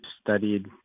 studied